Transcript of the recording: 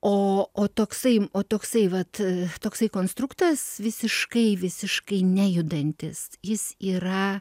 o o toksai o toksai vat toksai konstruktas visiškai visiškai nejudantis jis yra